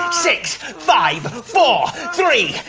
six, five, four, three,